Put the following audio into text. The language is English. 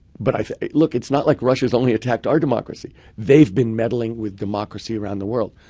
but look, it's not like russia's only attacked our democracy. they've been meddling with democracy around the world.